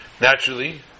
Naturally